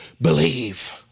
believe